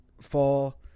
fall